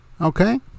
okay